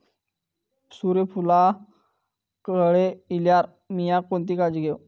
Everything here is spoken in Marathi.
सूर्यफूलाक कळे इल्यार मीया कोणती काळजी घेव?